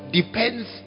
depends